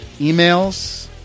emails